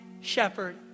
shepherd